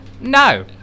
No